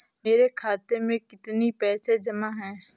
मेरे खाता में कितनी पैसे जमा हैं?